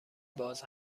باز